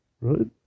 right